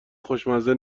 خوشمزه